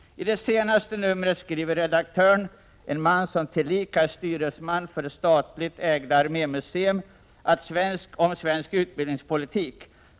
I det senaste nummeret skriver redaktören — en man som tillika är styresman för det statligt ägda armémuseum — om svensk utbildningspolitik.